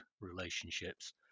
relationships